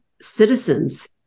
citizens